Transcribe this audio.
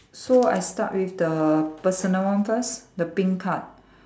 so I start with the personal one first the pink part